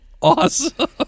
awesome